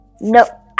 No